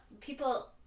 people